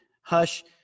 hush